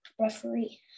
referee